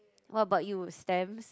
what about you stamps